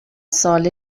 ساله